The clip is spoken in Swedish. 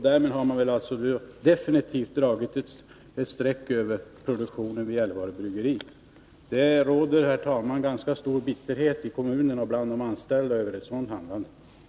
Därmed har man väl definitivt dragit ett streck över produktionen vid bryggeriet i Gällivare. Det råder, herr talman, ganska stor bitterhet i kommunen och bland de anställda med anledning av detta agerande.